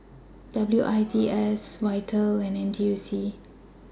W I T S Vital and N T U C